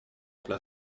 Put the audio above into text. plat